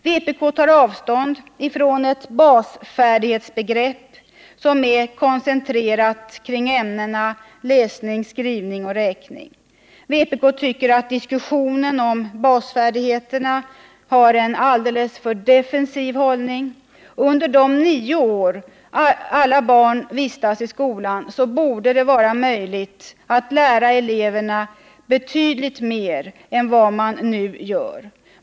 Vpk tar avstånd från ett basfärdighetbegrepp som är koncentrerat kring ämnena läsning, skrivning och räkning. Vpk tycker att diskussionen om basfärdigheterna har en alldeles för defensiv hållning. Under de nio år alla barn vistas i skolan borde det vara möjligt att lära eleverna betydligt mer än vad man nu gör.